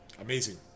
Amazing